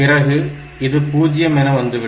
பிறகு இது 0 என வந்துவிடும்